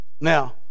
Now